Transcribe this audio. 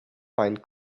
find